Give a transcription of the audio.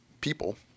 people